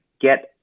get